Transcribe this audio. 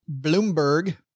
Bloomberg